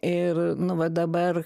ir nu va dabar